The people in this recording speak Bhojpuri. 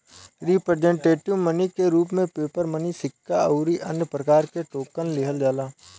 रिप्रेजेंटेटिव मनी के रूप में पेपर मनी सिक्का अउरी अन्य प्रकार के टोकन लिहल जाला